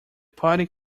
party